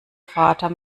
vater